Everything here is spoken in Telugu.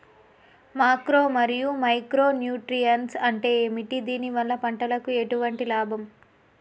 మాక్రో మరియు మైక్రో న్యూట్రియన్స్ అంటే ఏమిటి? దీనివల్ల పంటకు ఎటువంటి లాభం?